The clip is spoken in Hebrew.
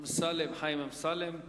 חיים אמסלם.